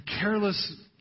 careless